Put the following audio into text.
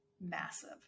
massive